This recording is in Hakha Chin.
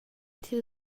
thil